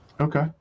Okay